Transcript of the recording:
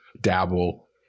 dabble